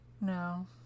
No